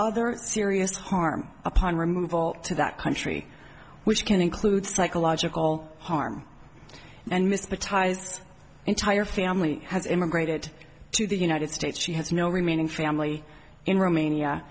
other serious harm upon removal to that country which can include psychological harm and mr ties entire family has immigrated to the united states she has no remaining family in romania